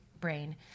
brain